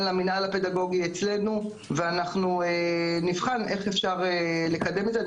גם למינהל הפדגוגי אצלנו ונבחן איך אפשר לקדם את זה.